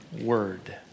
word